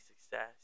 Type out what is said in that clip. success